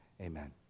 amen